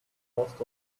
cast